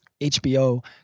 HBO